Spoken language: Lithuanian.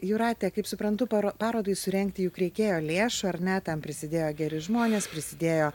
jūrate kaip suprantu paro parodai surengti juk reikėjo lėšų ar ne ten prisidėjo geri žmonės prisidėjo